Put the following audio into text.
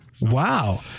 Wow